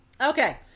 okay